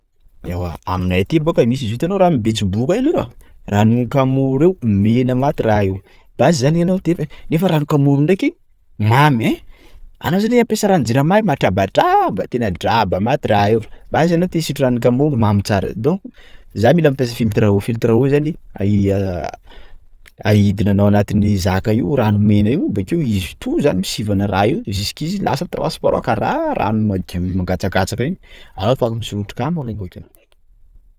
Ewa aminay aty bôka misy izy io itanao ranon'ny Betsiboka io leroa? _x000D_ ranon'ny Kamory io mena maty raha io, basy zany anao tef- nefa ranon'ny Kamory ndreky! mamy ein! _x000D_ Anao zany mampiasa ranon'ny jirama matrabatraba tena draba maty raha io, basy anao te hisotro ranon'i Kamory mamy tsara, donc za mila mampiasa filtre à eau, filtre à eau za aidina anao anatin'ny zaka io rano mena io, bakeo izy to zany misivana raha io jusqu'izy lasa transparent kara rano madio mangatsakatsaka iny; afaka misotro kamy anao bakeo.